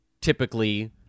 typically